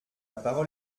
parole